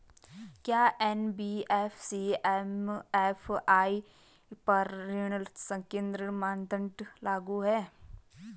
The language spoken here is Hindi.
क्या एन.बी.एफ.सी एम.एफ.आई पर ऋण संकेन्द्रण मानदंड लागू हैं?